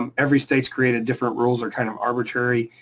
um every state's created different rules, they're kind of arbitrary,